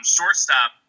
Shortstop